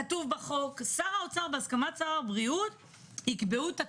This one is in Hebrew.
כתוב בחוק: שר האוצר בהסכמת שר הבריאות יקבעו את התקנות.